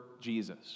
Jesus